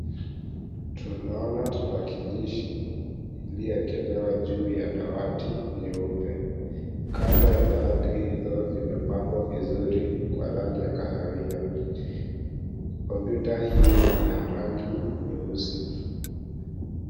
Tumeona tarakilishi lililowekelewa juu ya dawati nyeupe. Kando la dawati hilo, limepambwa vizuri kwa rangi ya kahawia. Kompyuta hii ni ya rangi nyeusi.